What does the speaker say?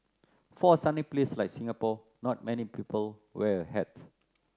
for a sunny place like Singapore not many people wear a hat